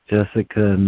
Jessica